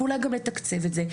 אולי גם לתקצב את זה,